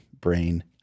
brain